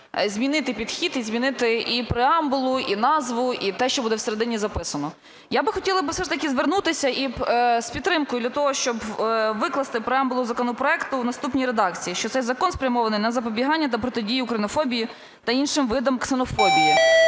змінити підхід і змінити і преамбулу, і назву, і те, що буде всередині записано. Я би хотіла все ж таки звернутися з підтримкою для того, щоб викласти преамбулу законопроекту в наступній редакції. Що цей закон спрямований на запобігання та протидію українофобії та іншим видам ксенофобії.